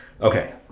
Okay